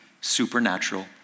supernatural